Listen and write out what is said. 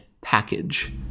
package